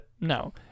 no